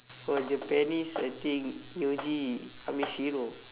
for japanese I think yuji kamishiro